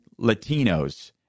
Latinos